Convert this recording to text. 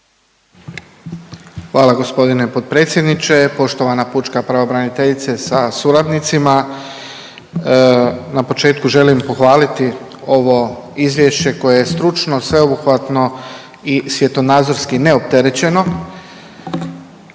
Hvala g. potpredsjedniče. Poštovana pučka pravobraniteljice sa suradnicima. Na početku želim pohvaliti ovo izvješće koje je stručno, sveobuhvatno i svjetonazorski neopterećeno.